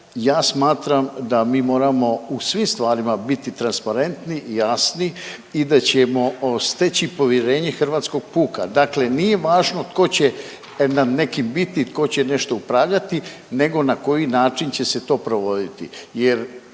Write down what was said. ja smatram da mi u svim stvarima moramo biti transparentni, jasni i da ćemo steći povjerenje hrvatskog puka. Dakle, nije važno tko će nam neki biti, tko će nešto upravljati nego na koji način će se to provoditi